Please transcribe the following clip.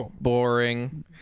boring